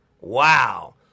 Wow